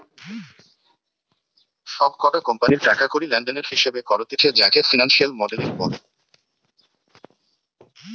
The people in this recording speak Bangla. সব কটা কোম্পানির টাকা কড়ি লেনদেনের হিসেবে করতিছে যাকে ফিনান্সিয়াল মডেলিং বলে